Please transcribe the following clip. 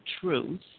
truth